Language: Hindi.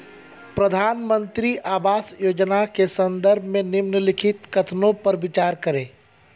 प्रधानमंत्री आवास योजना के संदर्भ में निम्नलिखित कथनों पर विचार करें?